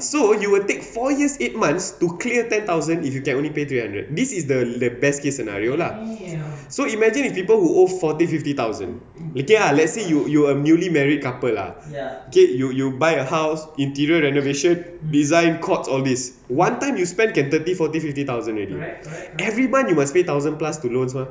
so you will take four years eight months to clear ten thousand if you can only pay three hundred this is the best case scenario lah so imagine if people who owe forty fifty thousand okay lah let's say you you a newly married couple lah okay you you buy a house interior renovation design courts all this one time you spend can thirty forty fifty thousand already every month you must pay thousand plus two loans mah